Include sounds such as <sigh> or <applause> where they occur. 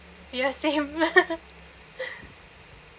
ya same <laughs>